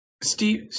Steve